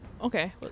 Okay